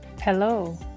Hello